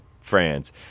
france